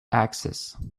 access